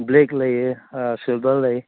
black ꯂꯩꯌꯦ silver ꯂꯩ